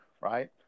right